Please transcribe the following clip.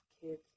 kids